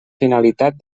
finalitat